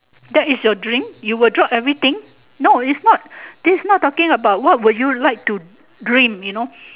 that is your dream you'll drop everything no is not this is not talking about what would you like to dream